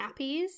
nappies